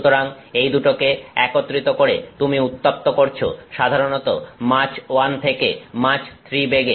সুতরাং এই দুটোকে একত্রিত করে তুমি উত্তপ্ত করছো সাধারণত মাচ 1 থেকে মাচ 3 বেগে